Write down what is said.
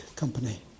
company